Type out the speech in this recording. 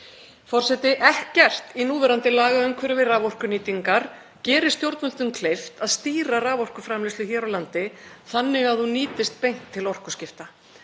Forseti. Ekkert í núverandi lagaumhverfi raforkunýtingar gerir stjórnvöldum kleift að stýra raforkuframleiðslu hér á landi þannig að hún nýtist beint til orkuskipta.